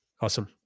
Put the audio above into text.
awesome